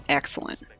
excellent